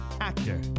Actor